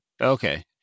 Okay